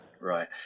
Right